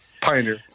Pioneer